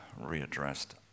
readdressed